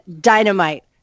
Dynamite